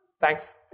Thanks